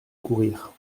courir